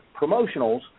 promotionals